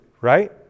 right